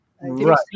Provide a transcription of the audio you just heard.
Right